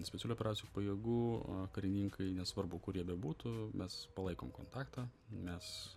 specialiųjų operacijų pajėgų karininkai nesvarbu kur jie bebūtų mes palaikom kontaktą mes